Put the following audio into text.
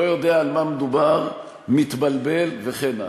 לא יודע על מה מדובר, מתבלבל, וכן הלאה?